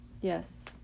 Yes